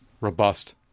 robust